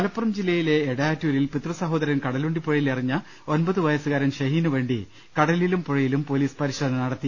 മലപ്പുറം ജില്ലയിലെ എടയാറ്റൂരിൽ പിതൃസഹോദരൻ കടലുണ്ടി പുഴ യിൽ എറിഞ്ഞ ഒമ്പതുവയസ്സുകാരൻ ഷഹീനുവേണ്ടി കടലിലും പുഴയിലും പൊലീസ് പരിശോധന നടത്തി